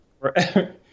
Forever